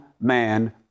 man